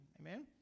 amen